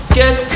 get